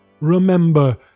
Remember